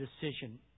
decision